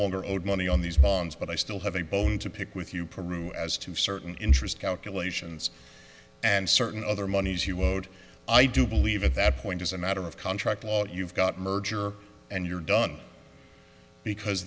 longer owed money on these bonds but i still have a bone to pick with you peru as to certain interest calculations and certain other monies he wode i do believe at that point as a matter of contract law you've got merger and you're done because